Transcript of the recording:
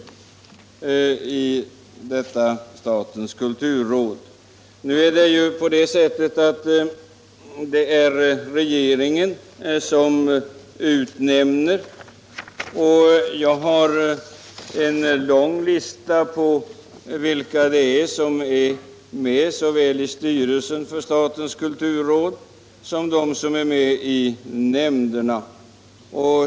Det är ju regeringen som utnämner ledamöterna i statens kulturråd, och jag har i min hand en lång lista över vilka som är med såväl i styrelsen för statens kulturråd som i nämnderna.